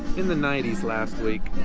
in the ninety s last week